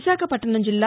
విశాఖపట్టణం జిల్లా